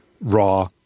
raw